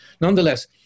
Nonetheless